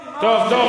אדוני,